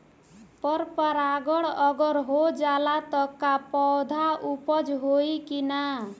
पर परागण अगर हो जाला त का पौधा उपज होई की ना?